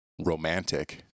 romantic